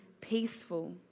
peaceful